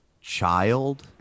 child